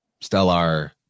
stellar